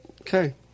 Okay